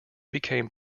became